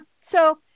So-